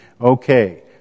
Okay